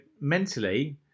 mentally